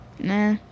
Nah